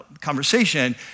conversation